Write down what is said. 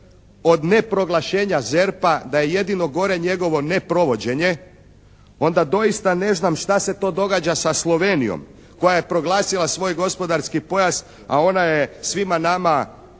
od ne proglašenja ZERP-a da je jedino gore njegovo neprovođenje, onda doista ne znam šta se to događa sa Slovenijom koja je proglasila svoj gospodarski pojas, a ona je svima nama,